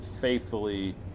faithfully